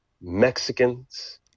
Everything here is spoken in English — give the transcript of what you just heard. Mexicans